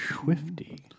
swifty